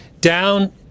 down